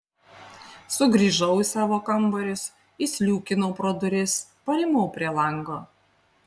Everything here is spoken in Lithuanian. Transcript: sugrįžau į savo kambarius įsliūkinau pro duris parimau prie lango